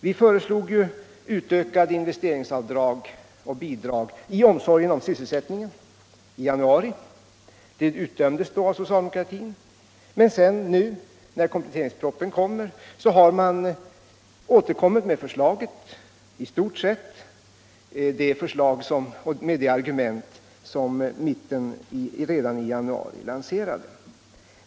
Vi föreslog utökade investeringsavdrag och bidrag i omsorgen om sysselsättningen i januari. Detta utdömdes då av socialdemokratin, men nu, när kompletteringspropositionen framläggs, återkommer man i stort sett med det förslag och de argument som mitten redan i januari lanserade.